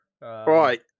Right